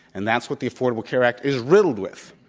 and that's what the affordable care act is riddled with,